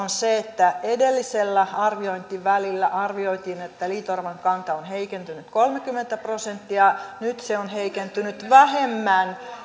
on se että edellisellä arviointivälillä arvioitiin että liito oravan kanta on heikentynyt kolmekymmentä prosenttia ja nyt se on heikentynyt vähemmän